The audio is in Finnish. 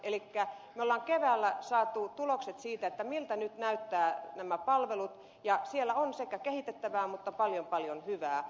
elikkä me olemme keväällä saaneet tulokset siitä miltä nyt näyttävät nämä palvelut ja siellä on sekä kehitettävää että paljon paljon hyvää